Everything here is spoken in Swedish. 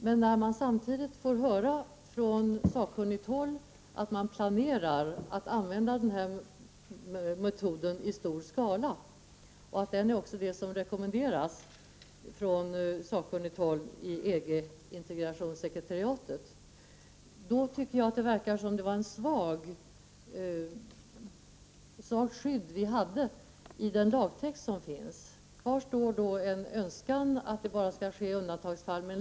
Men när man samtidigt från sakkunnigt håll får höra att användande av denna metod i stor skala planeras och att det är den metod som rekommenderas från sakkunnigt håll i EG integrationssekretariatet, verkar det som om vi har ett svagt skydd i lagtexten. Kvar står en önskan om att översättning skall utelämnas endast i undantagsfall.